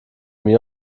mir